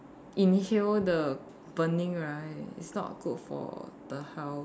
inhale the burning right it's not good for the health